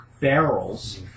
barrels